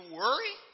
worry